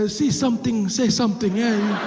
ah see something say something,